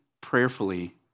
prayerfully